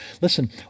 Listen